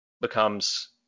becomes